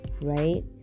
right